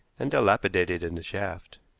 and dilapidated in the shaft.